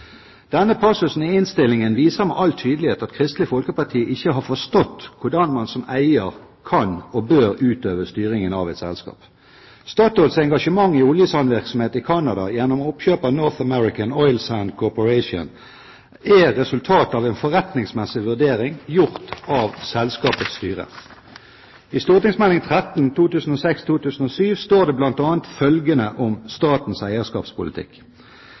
Denne passusen i innstillingen viser med all tydelighet at Kristelig Folkeparti ikke har forstått hvordan man som eier kan og bør utøve styringen av et selskap. Statoils engasjement i oljesandvirksomhet i Canada gjennom oppkjøpet av North American Oil Sands Corporation er resultat av en forretningsmessig vurdering gjort av selskapets styre. I St.meld. nr. 13 for 2006–2007 står det bl.a. følgende om statens eierskapspolitikk: